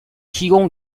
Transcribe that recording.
提供